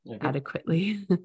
adequately